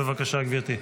בבקשה גברתי,